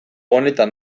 honetan